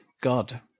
God